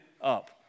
up